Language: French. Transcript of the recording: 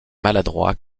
maladroit